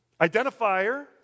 Identifier